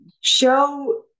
Show